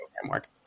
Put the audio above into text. framework